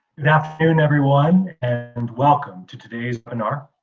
good afternoon, everyone, and welcome to today's webinar.